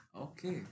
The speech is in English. Okay